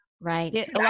Right